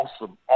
awesome